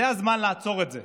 זה הזמן לעצור את זה,